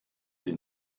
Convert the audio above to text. sie